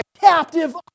captive